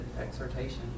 exhortation